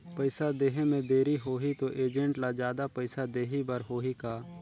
पइसा देहे मे देरी होही तो एजेंट ला जादा पइसा देही बर होही का?